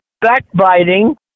backbiting